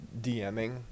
DMing